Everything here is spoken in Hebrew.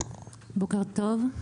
בוקר טוב.